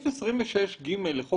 בעניין הזה אני חולקת עליך.